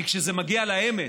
כי כשזה מגיע לאמת,